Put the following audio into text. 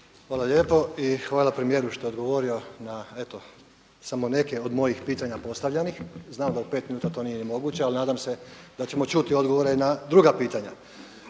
Hvala lijepo i hvala premijeru što je odgovorio na eto samo neke od mojih pitanja postavljenih. Znam da u pet minuta to nije ni moguće, ali nadam se da ćemo čuti odgovore i na druga pitanja.